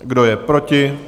Kdo je proti?